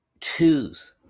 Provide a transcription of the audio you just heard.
Twos